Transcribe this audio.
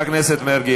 חבר הכנסת מרגי.